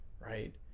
right